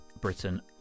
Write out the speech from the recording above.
Britain